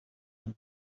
him